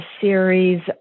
series